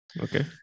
okay